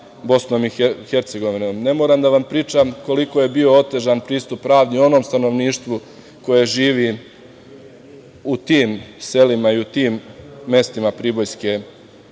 granice sa BiH. Ne moram da vam pričam koliko je bio otežan pristup pravdi onom stanovništvu koje živi u tim selima i u tim mestima pribojske